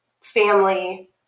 family